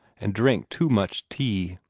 and drank too much tea.